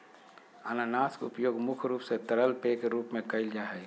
अनानास के उपयोग मुख्य रूप से तरल पेय के रूप में कईल जा हइ